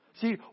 See